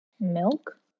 Milk